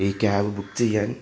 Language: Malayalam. ഈ ക്യാബ് ബുക്ക് ചെയ്യാൻ